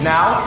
now